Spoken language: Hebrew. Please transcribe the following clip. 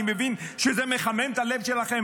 אני מבין שזה מחמם את הלב שלכם,